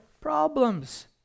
problems